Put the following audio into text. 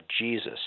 Jesus